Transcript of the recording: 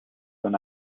when